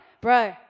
Bro